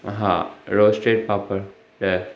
हा रोस्टेड पापड़ ॾह